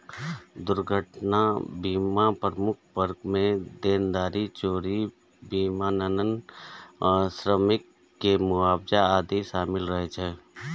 दुर्घटना बीमाक प्रमुख वर्ग मे देनदारी, चोरी, विमानन, श्रमिक के मुआवजा आदि शामिल रहै छै